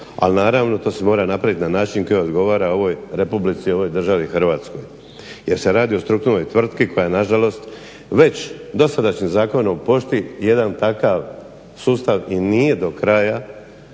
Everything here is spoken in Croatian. ali naravno to se mora napravit na način koji odgovara ovoj Republici, ovoj državi Hrvatskoj jer se radi o strukturnoj tvrtki koja je na žalost već dosadašnjim Zakonom o pošti jedan takav sustav i nije do kraja